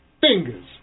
Fingers